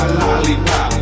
lollipop